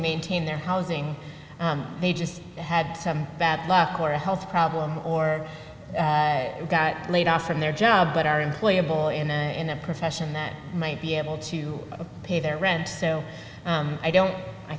maintain their housing they just had some bad luck or a health problem or got laid off from their job but our employer boy in a in a profession that might be able to pay their rent so i don't i